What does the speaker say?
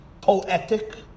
poetic